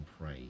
pray